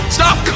Stop